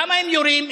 למה הם יורים?